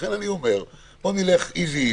לכן אני אומר שנלך לאט.